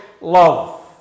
love